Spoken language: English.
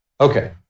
Okay